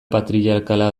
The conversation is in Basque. patriarkala